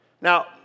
Now